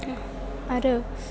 आरो